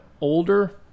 older